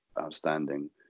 outstanding